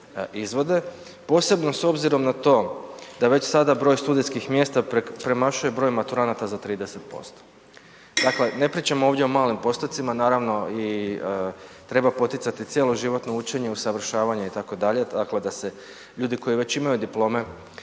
Posebno s obzirom na to da već sada broj studijskih mjesta premašuje broj maturanata za 30%. Dakle, ne pričamo ovdje o malim postocima, naravno i treba poticati i cjeloživotno učenje, usavršavanje itd., dakle da se ljudi koji već imaju diplome